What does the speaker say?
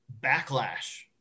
backlash